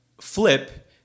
flip